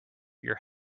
your